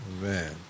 Man